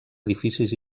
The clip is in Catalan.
edificis